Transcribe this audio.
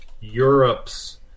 Europe's